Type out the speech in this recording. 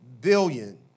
billion